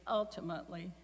ultimately